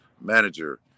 manager